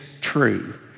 true